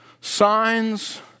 signs